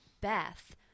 Beth